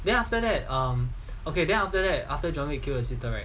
then after that um okay then after that after john wick kill 的时候 right